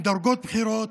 עם דרגות בכירות.